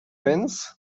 means